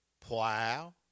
plow